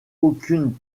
aucune